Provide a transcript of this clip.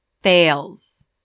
fails